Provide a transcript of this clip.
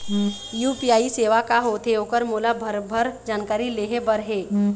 UPI सेवा का होथे ओकर मोला भरभर जानकारी लेहे बर हे?